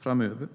framöver.